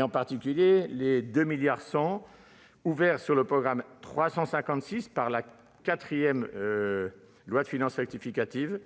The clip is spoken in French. en particulier les 2,1 milliards d'euros ouverts sur le programme 356 par la quatrième loi de finances rectificative